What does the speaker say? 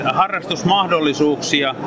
harrastusmahdollisuuksia